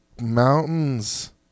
mountains